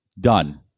Done